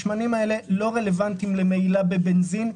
השמנים האלה לא רלוונטיים למהילה בבנזין.